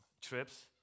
trips